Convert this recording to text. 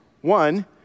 One